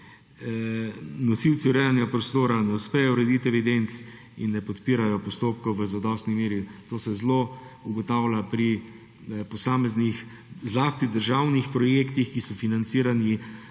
nosilci urejanja prostora ne uspejo urediti evidenc in ne podpirajo postopkov v zadostni meri. To se zelo ugotavlja pri posameznih, zlasti državnih projektih, ki so financirani